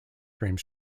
frame